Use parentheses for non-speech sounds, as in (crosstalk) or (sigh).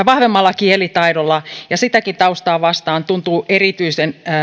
(unintelligible) vahvemmalla kielitaidolla ja sitäkin taustaa vastaan tuntuu erityisen